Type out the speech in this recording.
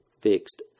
fixed